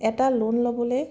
এটা লোণ ল'বলৈ